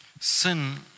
Sin